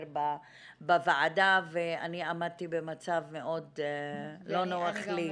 בוועדה ואני עמדתי במצב מאוד לא נוח לי.